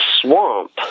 swamp